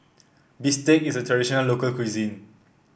Bistake is a traditional local cuisine